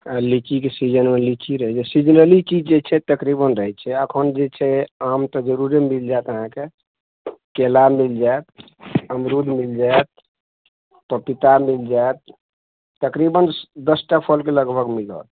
लीचीके सीजनमे लीची रहय छै सीजनली चीज जे छै तकरीबन रहय छै एखन जे छै आम तऽ जरुरे मिल जायत अहाँके केला मिल जायत अमरूद मिल जायत पपीता मिल जायत तकरीबन दस टा फलके लगभग मिलत